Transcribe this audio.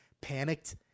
panicked